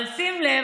אבל שים לב,